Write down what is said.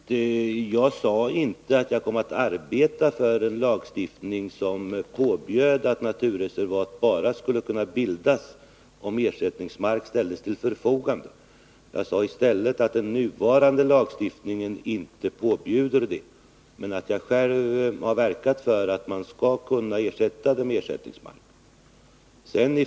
Herr talman! Får jag påpeka för Sten Svensson att jag inte sade att jag kommer att arbeta för en lagstiftning som påbjuder att naturreservat skall kunna bildas bara, om ersättningsmark ställs till förfogande. Jag sade i stället att den nuvarande lagstiftningen inte påbjuder det, men att jag själv har verkat för att ersättningsmark skall kunna ställas till förfogande.